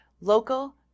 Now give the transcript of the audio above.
local